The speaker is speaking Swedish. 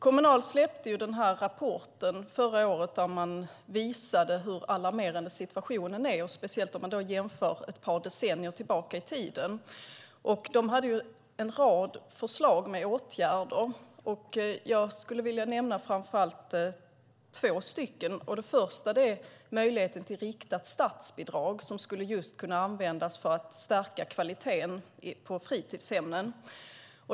Kommunal släppte den här rapporten förra året där man visade hur alarmerande situationen är, speciellt om man jämför med ett par decennier tillbaka i tiden. De hade en rad förslag på åtgärder. Jag vill framför allt nämna två stycken. Den första är möjligheten att ge ett riktat statsbidrag som skulle kunna användas för att stärka kvaliteten på fritidshemmen.